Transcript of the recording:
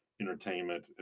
entertainment